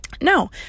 No